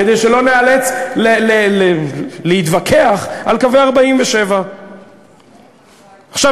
כדי שלא ניאלץ להתווכח על קווי 47'. עכשיו,